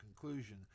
conclusion